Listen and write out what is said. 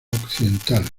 occidental